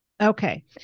Okay